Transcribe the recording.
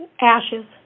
ashes